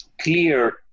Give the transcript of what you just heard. clear